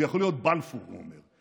זה יכול להיות בלפור, הוא אומר.